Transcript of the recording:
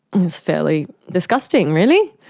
it was fairly disgusting really.